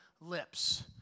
lips